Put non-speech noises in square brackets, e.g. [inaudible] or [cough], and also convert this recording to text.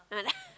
[laughs]